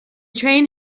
train